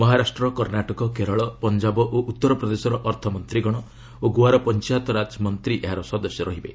ମହାରାଷ୍ଟ୍ର କର୍ଷାଟକ କେରଳ ପଞ୍ଜାବ ଓ ଉତ୍ତର ପ୍ରଦେଶର ଅର୍ଥମନ୍ତୀଗଣ ଓ ଗୋଆର ପଞ୍ଚାୟତ ମନ୍ତ୍ରୀ ଏହାର ସଦସ୍ୟ ରହିବେ